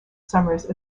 summers